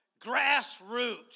grassroots